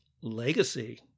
legacy